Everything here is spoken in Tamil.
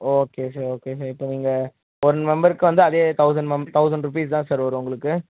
ஓகே சார் ஓகே சார் இப்போ நீங்கள் ஒரு மெம்பருக்கு வந்து அதே தௌசண்ட் மெம் தௌசண்ட் ருபீஸ் தான் சார் வரும் உங்களுக்கு